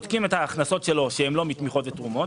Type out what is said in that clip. בודקים את ההכנסות שלו שהן לא מתמיכות ותרומות